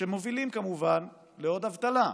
שמובילים כמובן לעוד אבטלה,